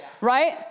Right